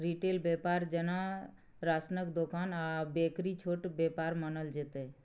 retail बेपार जेना राशनक दोकान आ बेकरी छोट बेपार मानल जेतै